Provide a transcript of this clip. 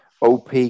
op